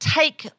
take